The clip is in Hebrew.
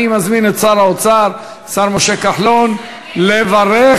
אני מזמין את שר האוצר, השר משה כחלון, לברך,